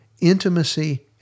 Intimacy